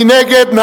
מי נגד?